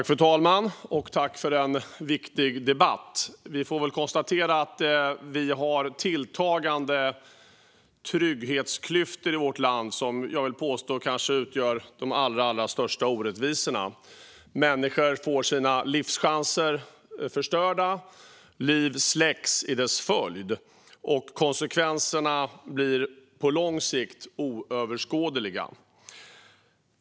Fru talman! Tack för en viktig debatt! Vi får väl konstatera att vi har tilltagande trygghetsklyftor i vårt land, som jag vill påstå kanske utgör de allra största orättvisorna. Människor får sina livschanser förstörda, liv släcks och konsekvenserna blir på lång sikt oöverskådliga.